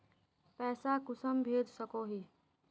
पैसा कुंसम भेज सकोही?